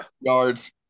yards